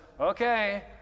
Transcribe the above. okay